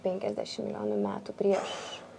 penkiasdešim milijonų metų prieš